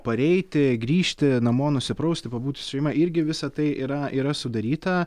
pareiti grįžti namo nusiprausti pabūti su šeima irgi visa tai yra yra sudaryta